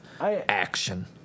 action